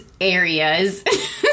areas